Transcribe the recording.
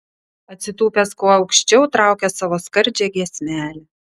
atsitūpęs kuo aukščiau traukia savo skardžią giesmelę